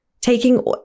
Taking